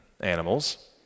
animals